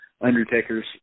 Undertaker's